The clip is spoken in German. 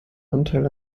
anteil